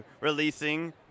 releasing